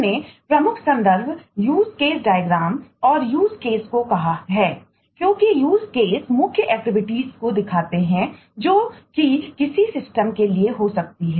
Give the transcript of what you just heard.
हमने प्रमुख संदर्भ यूज केस डायग्रामको दिखाते हैं जो कि किसी सिस्टम के लिए हो सकती है